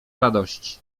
radości